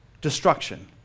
destruction